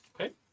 Okay